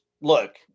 look